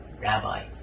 Rabbi